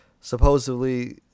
supposedly